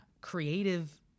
creative